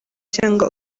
cyangwa